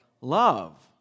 love